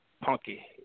Punky